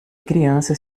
criança